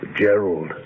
Gerald